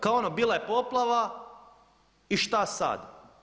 Kao ono bila je poplava i šta sada.